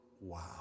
wow